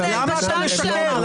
למה אתה משקר?